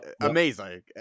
Amazing